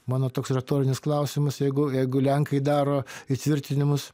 mano toks retorinis klausimas jeigu jeigu lenkai daro įtvirtinimus